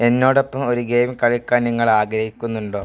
എന്നോടൊപ്പം ഒരു ഗെയിം കളിക്കാൻ നിങ്ങളാഗ്രഹിക്കുന്നുണ്ടോ